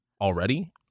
already